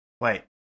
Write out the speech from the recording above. Wait